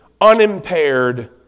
unimpaired